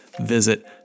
visit